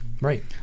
Right